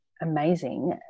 amazing